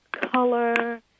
color